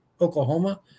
Oklahoma